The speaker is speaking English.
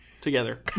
together